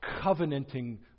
covenanting